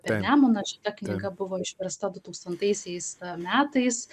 per nemuną čia ta knyga buvo išversta du tūkstantaisiais metais